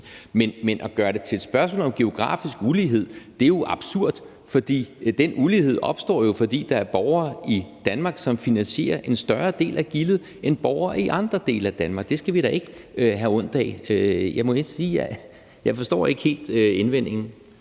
Men at gøre det til et spørgsmål om geografisk ulighed er jo absurd. For den ulighed opstår jo, fordi der er borgere i Danmark, som finansierer en større del af gildet end borgere i andre dele af Danmark. Det skal vi da ikke have ondt af. Jeg må sige, at jeg ikke helt forstår indvendingen.